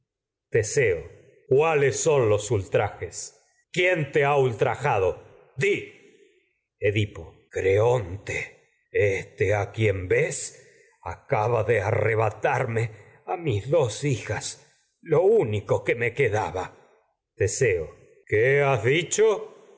teseo cuáles son los ultrajes quién te ha ultra jado di edipo tarme creonte este a quien ves acaba de arreba a mis dos hijas lo único que me quedaba teseo qué has dicho